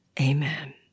Amen